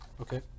Okay